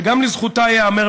שגם לזכותה ייאמר,